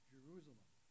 Jerusalem